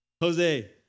Jose